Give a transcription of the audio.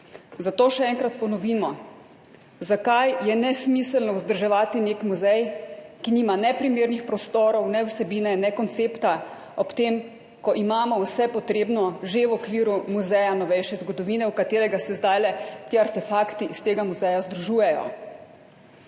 Zato še enkrat ponovimo, zakaj je nesmiselno vzdrževati nek muzej, ki nima ne primernih prostorov, ne vsebine, ne koncepta, ob tem, ko imamo vse potrebno že v okviru Muzeja novejše zgodovine, v katerega se zdaj združujejo ti artefakti iz tega muzeja.